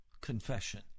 confession